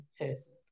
person